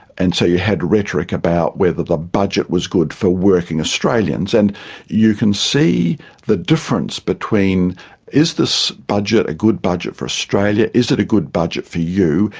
and so you had rhetoric about whether the budget was good for working australians, and you can see the difference between is this budget a good budget for australia, is it a good budget for you,